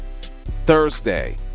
Thursday